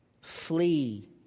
Flee